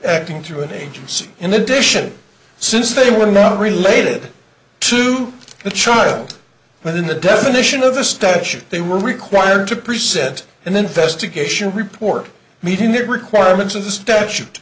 acting through an agency in addition since they were not related to the child but in the definition of the statute they were required to present and then fest occasion report meeting the requirements of the statute